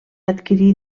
adquirir